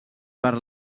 per